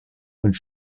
und